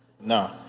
No